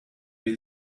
that